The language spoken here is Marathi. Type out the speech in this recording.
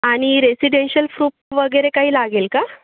आणि रेसिडेंशियल प्रूफ वगैरे काही लागेल का